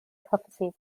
prophecies